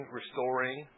restoring